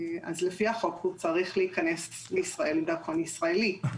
אז לפי החוק הוא צריך להיכנס לישראל עם דרכון ישראלי.